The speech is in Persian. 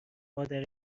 مادر